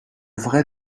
vrai